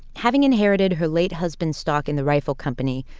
having inherited her late husband's stock in the rifle company,